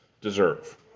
deserve